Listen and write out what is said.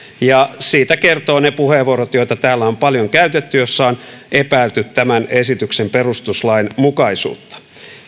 ja siitä kertovat ne puheenvuorot joita täällä on paljon käytetty joissa on epäilty tämän esityksen perustuslainmukaisuutta